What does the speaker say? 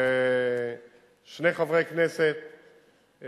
ושני חברי כנסת,